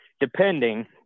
depending